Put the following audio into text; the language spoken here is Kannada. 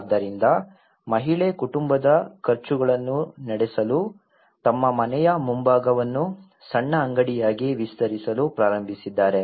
ಆದ್ದರಿಂದ ಮಹಿಳೆ ಕುಟುಂಬದ ಖರ್ಚುಗಳನ್ನು ನಡೆಸಲು ತಮ್ಮ ಮನೆಯ ಮುಂಭಾಗವನ್ನು ಸಣ್ಣ ಅಂಗಡಿಯಾಗಿ ವಿಸ್ತರಿಸಲು ಪ್ರಾರಂಭಿಸಿದ್ದಾರೆ